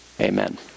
Amen